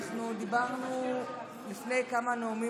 אנחנו דיברנו לפני כמה נאומים,